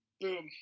boom